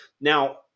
Now